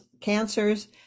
Cancers